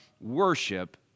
worship